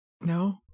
No